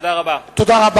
תודה רבה.